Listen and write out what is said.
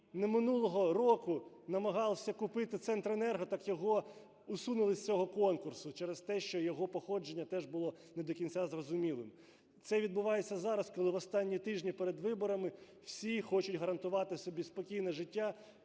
минулого року намагався купити "Центренерго", так його усунули з цього конкурсу через те, що його походження було теж було не до кінця зрозумілим. Це відбувається зараз, коли в останні тижні перед виборами всі хочуть гарантувати собі спокійне життя